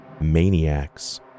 maniacs